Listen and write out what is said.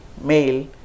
male